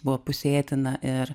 buvo pusėtina ir